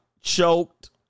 choked